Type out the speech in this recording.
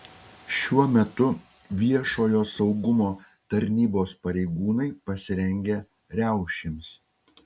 šiuo metu viešojo saugumo tarnybos pareigūnai pasirengę riaušėms